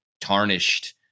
tarnished